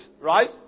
right